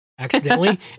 accidentally